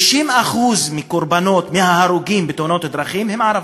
30% מההרוגים בתאונות הדרכים הם ערבים,